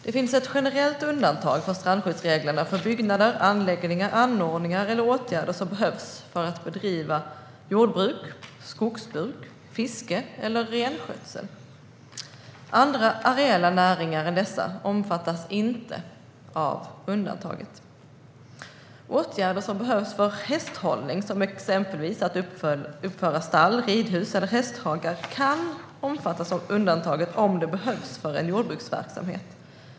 Det finns ett generellt undantag från strandskyddsreglerna för byggnader, anläggningar, anordningar eller åtgärder som behövs för att bedriva jordbruk, skogsbruk, fiske eller renskötsel. Andra areella näringar än dessa omfattas inte av undantaget. Åtgärder som behövs för hästhållning, som exempelvis att uppföra stall, ridhus eller hästhagar, kan omfattas av undantaget om de behövs för en jordbruksverksamhet.